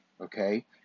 okay